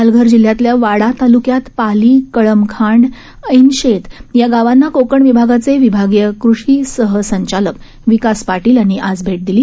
पालघर जिल्ह्यातल्या वाडा ताल्क्यात पाली कळमखांड ऐनशेत या वांना क्रोकण विभा ाचे विभा ीय कृषि सह संचालक विकास पाटील यांनी भेट दिली